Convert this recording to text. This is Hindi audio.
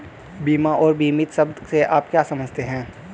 बीमा और बीमित शब्द से आप क्या समझते हैं?